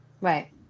Right